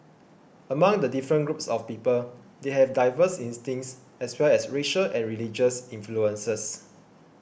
among the different groups of people they have diverse instincts as well as racial and religious influences